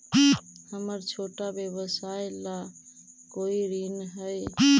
हमर छोटा व्यवसाय ला कोई ऋण हई?